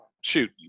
shoot